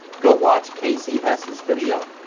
go watch kasey hess's video.